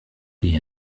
die